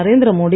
Narendra Modi